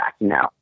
No